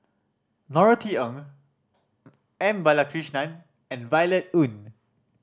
Norothy Ng M Balakrishnan and Violet Oon